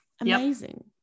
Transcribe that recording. Amazing